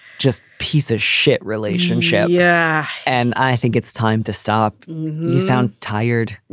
just piece of shit relationship. yeah and i think it's time to stop. you sound tired.